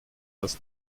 das